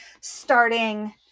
starting